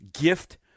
gift